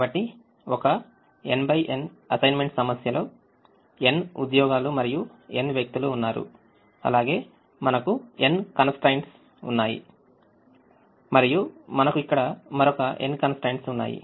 కాబట్టి ఒక n n అసైన్మెంట్సమస్యలోn ఉద్యోగాలు మరియు n వ్యక్తులు ఉన్నారు అలాగే మనకు n constraints ఉన్నాయి మరియు మనకు ఇక్కడ మరొక n కన్స్ ట్రైన్ట్స్ ఉన్నాయి